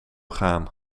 gaan